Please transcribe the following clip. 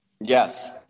Yes